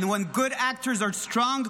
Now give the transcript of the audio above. and when good actors are strong,